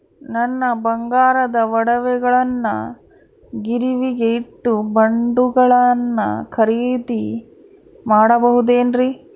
ನನ್ನ ಬಂಗಾರದ ಒಡವೆಗಳನ್ನ ಗಿರಿವಿಗೆ ಇಟ್ಟು ಬಾಂಡುಗಳನ್ನ ಖರೇದಿ ಮಾಡಬಹುದೇನ್ರಿ?